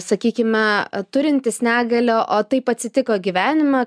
sakykime turintys negalią o taip atsitiko gyvenime